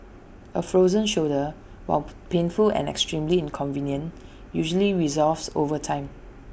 A frozen shoulder while painful and extremely inconvenient usually resolves over time